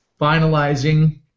finalizing